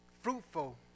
fruitful